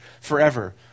forever